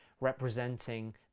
representing